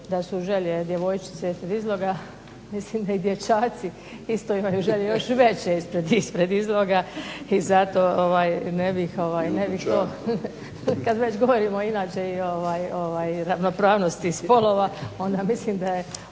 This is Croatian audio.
da su želje djevojčice iz izloga. Mislim da i dječaci isto imaju želje, još i veće ispred izloga, i zato ne bih to. Kad već govorimo inače i ravnopravnosti spolova onda mislim da je